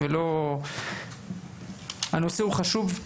הנושא חשוב,